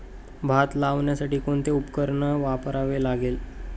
भात लावण्यासाठी कोणते उपकरण वापरावे लागेल?